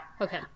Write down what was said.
Okay